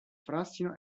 frassino